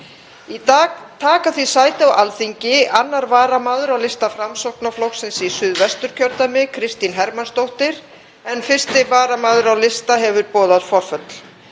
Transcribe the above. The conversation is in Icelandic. Í dag taka því sæti á Alþingi 2. varamaður á lista Framsóknarflokksins í Suðvest., Kristín Hermannsdóttir, en 1. varamaður á lista hefur boðað forföll,